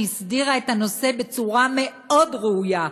שהסדירה את הנושא בצורה מאוד ראויה.